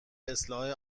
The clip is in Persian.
اصلاح